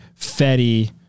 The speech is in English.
Fetty